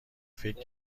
فکر